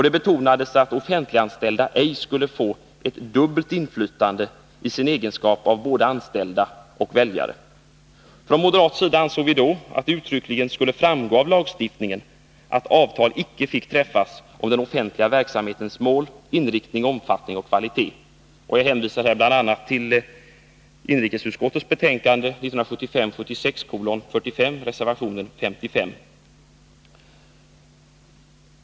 Det betonades att offentliganställda ej skulle få ett dubbelt inflytande i sin egenskap av både anställda och väljare. Från moderat sida ansåg vi då att det uttryckligen skulle framgå av lagstiftningen att avtal icke fick träffas om den offentliga verksamhetens målinriktning, omfattning och kvalitet. Jag hänvisar här till inrikesutskottets betänkande 1975/76:45, reservation 55.